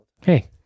Hey